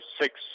six